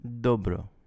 dobro